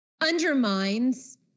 undermines